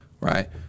right